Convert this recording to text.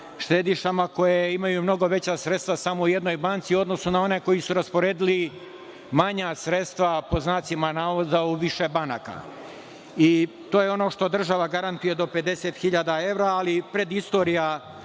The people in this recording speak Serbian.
štedišama koje imaju mnogo veća sredstva samo u jednoj banci, odnosno na one koji su rasporedili manja sredstva, pod znacima navoda, u više banaka. To je ono što država garantuje do 50.000 evra, ali predistorija